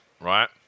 right